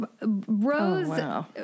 Rose